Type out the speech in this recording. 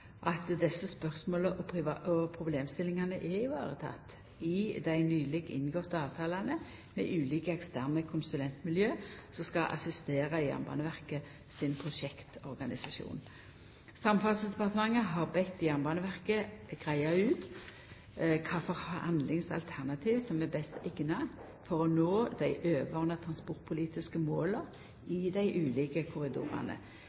at desse spørsmåla og problemstillingane er varetekne i dei nyleg inngåtte avtalane med ulike eksterne konsulentmiljø som skal assistera Jernbaneverket sin prosjektorganisasjon. Samferdselsdepartementet har bedt Jernbaneverket greia ut kva for handlingsalternativ som er best eigna for å nå dei overordna transportpolitiske måla i dei ulike korridorane.